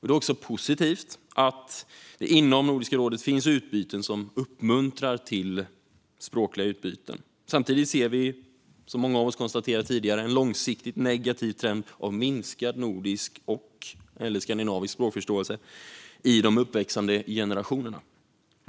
Det är också positivt att det inom Nordiska rådet finns utbyten som uppmuntrar till språkliga utbyten. Samtidigt ser vi en långsiktigt negativ trend av minskad nordisk och skandinavisk språkförståelse i de uppväxande generationerna.